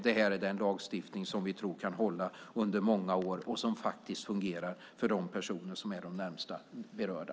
Det här är den lagstiftning som vi tror kan hålla under många år och som fungerar för de personer som är de närmast berörda.